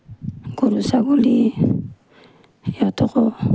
গৰু ছাগলী সিহঁতকো